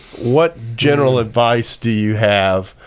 what general advice do you have